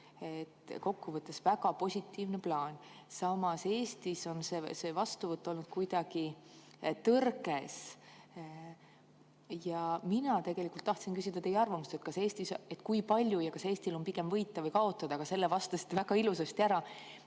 Kokkuvõttes väga positiivne plaan. Samas Eestis on selle vastuvõtt olnud kuidagi tõrges. Ma tahtsin küsida teie arvamust, et kui palju ja kas Eestil on pigem võita või kaotada, aga sellele te vastasite juba väga ilusasti ära.